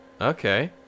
Okay